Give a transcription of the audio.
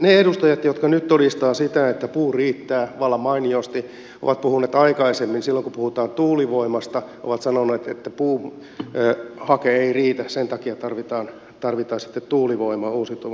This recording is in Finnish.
ne edustajat jotka nyt todistavat sitä että puu riittää vallan mainiosti ovat aikaisemmin silloin kun puhutaan tuulivoimasta sanoneet että puuhake ei riitä sen takia tarvitaan sitten tuulivoimaa uusiutuvana energiana